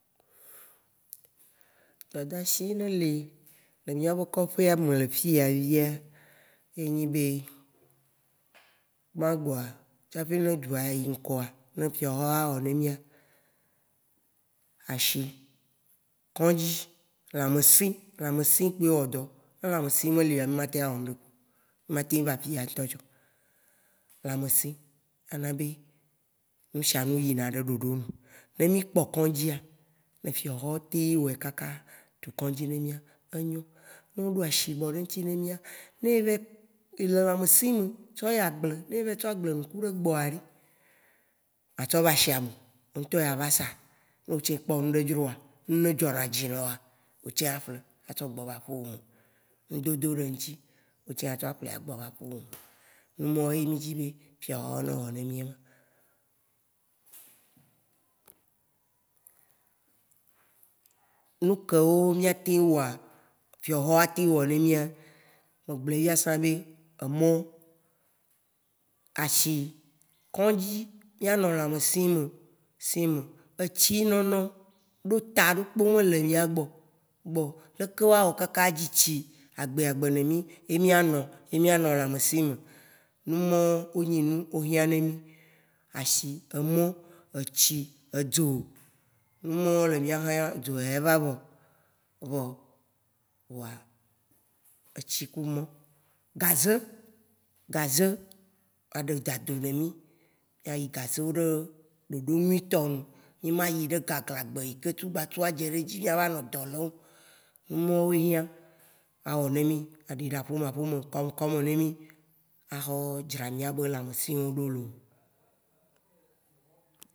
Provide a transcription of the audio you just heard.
Dadashi ɖe le le mía be kɔƒea me le fia via e nyi be mãgua tsã ƒe ne dzua ya yi ŋkɔa ne fiɔhɔ wa wɔ nɛ mía. Ashi, kɔ̃dzi, lame sẽ lame sẽ kpoe wɔdɔ. Ne lame sẽ me lioa mi ma te a wɔ ŋɖe kpeo, mí ma te va fia tsão. Lame sẽ ena be mí sha nu yina ɖe ɖodome. Ne mí kpɔ kɔ̃dzia, le fiɔhɔ te wɔe kaka tu kɔ̃dzi nɛ mía enyo. Ne evɛ- e le lame sẽ le tsɔ yi agble. Ne evɛ tsɔ ŋku ɖe gbɔa ɖe, a tsɔ va ashiame, wo ŋtɔ ya va zã. No tsã o kpɔ ŋɖe dzroa, ne ŋɖe dzɔna dzi nɔa, o tsã ya ƒle a tsɔ gbɔ va aƒe me. Ŋdodo ɖe eŋtsi o tsã a tsɔ a ƒle a gbɔ va kuɖoŋ. Nu mao ye mí dzi be fiɔhɔ no wɔ na mí ema. Nu ke wo mía te wɔa, fiɔhɔ wa ten wɔ na mía me gble fia sã be emɔ, ashi, kɔ̃dzi, mía nɔ lame sẽ lo. Etsi nɔnɔ be ta ɖe kpe me le mía gbɔ, gbɔ. Leke wa wɔ kaka dzi tsi agbea gbe le mí ye mía nɔ ye mía nɔ lame sẽ lo. Numɔ o nyi nukeo hiã nɛ mí. Ashi, emɔ, etsi, edzɔ. Ŋu mɔ le mía hãya dzua ya va vɔ. Vɔa, etsi ku mɔ, gazẽ, gazẽ, a ɖe dado ne mí mía yi gazẽ wu ɖe ɖeɖe nyui tɔ. Mí ma yi ɖe gagla gbe yi ke tukpatu wa dzɛɖedzi wa va nɔ dɔ leo, nu mao hiã a wɔ nɛ mí a ɖiɖe aƒe me aƒe me, kɔ me kɔ me nɛ mí. A xɔ dzra mía be lame sẽo ɖo lo.